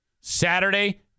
Saturday